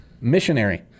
Missionary